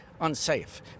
Unsafe